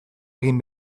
egin